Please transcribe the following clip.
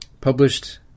published